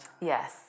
Yes